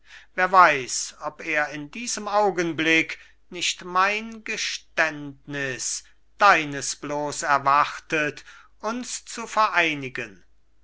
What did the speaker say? wer weiß ob er in diesem augenblick nicht mein geständnis deines bloß erwartet uns zu vereinigen